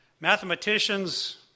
Mathematicians